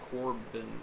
Corbin